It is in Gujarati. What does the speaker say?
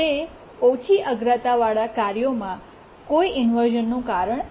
તે ઓછી અગ્રતાવાળા કાર્યોમાં કોઈ ઇન્વર્શ઼નનું કારણ નથી